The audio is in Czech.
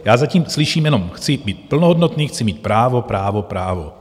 Já zatím slyším jenom: chci být plnohodnotný, chci mít právo, právo, právo...